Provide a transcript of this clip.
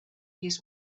his